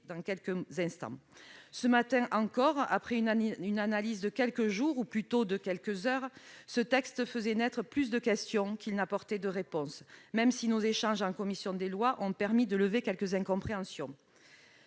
de la commission. Ce matin encore, après une analyse de quelques jours, ou plutôt de quelques heures, ce texte faisait naître plus de questions qu'il n'apportait de réponses, même si nos échanges en commission des lois ont permis de lever quelques incompréhensions.